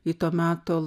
į to meto